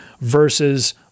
versus